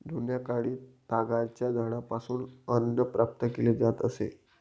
जुन्याकाळी तागाच्या झाडापासून अन्न प्राप्त केले जात असे